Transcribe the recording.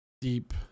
deep